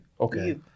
Okay